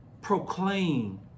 proclaim